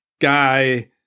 guy